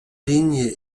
ligne